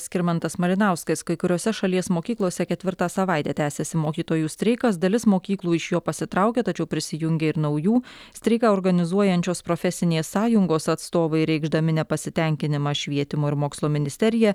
skirmantas malinauskas kai kuriose šalies mokyklose ketvirtą savaitę tęsiasi mokytojų streikas dalis mokyklų iš jo pasitraukė tačiau prisijungė ir naujų streiką organizuojančios profesinės sąjungos atstovai reikšdami nepasitenkinimą švietimo ir mokslo ministerija